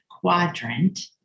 quadrant